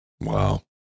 Wow